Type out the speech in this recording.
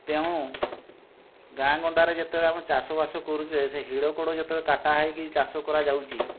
ତେଣୁ ଗାଁ ଗଣ୍ଡାରେ ଯେତେବେଳେ ଆମେ ଚାଷବାସ କରୁଛେ ସେ ହିଡ଼ କଡ଼ ଯେତେବେଳେ କଟା ହେଇକି ଚାଷ କରାଯାଉଛି